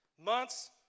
months